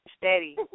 Steady